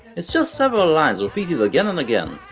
it's just several lines repeated again and again,